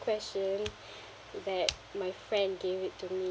question that my friend gave it to me